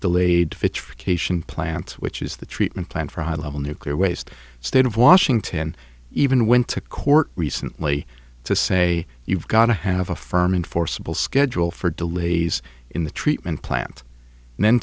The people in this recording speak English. cation plants which is the treatment plan for high level nuclear waste state of washington even went to court recently to say you've got to have a firm enforceable schedule for delays in the treatment plant